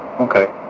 Okay